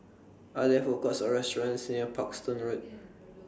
Are There Food Courts Or restaurants near Parkstone Road